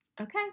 Okay